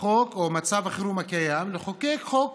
חוק מצב החירום הקיים לחוקק חוק